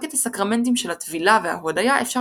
רק את הסקרמנטים של הטבילה וההודיה אפשר